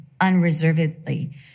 unreservedly